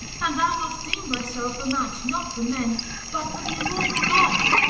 and thou wilt deem thyself a match not for men but for the immortal gods.